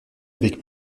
avec